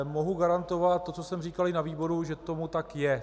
Mohu garantovat to, co jsem říkal i na výboru, že tomu tak je.